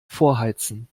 vorheizen